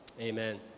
Amen